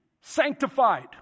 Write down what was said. sanctified